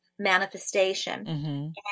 Manifestation